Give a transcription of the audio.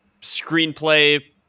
Screenplay